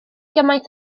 gymaint